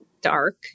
dark